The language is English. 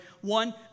One